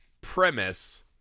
premise